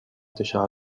tisha